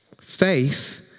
Faith